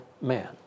man